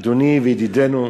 אדוני וידידנו,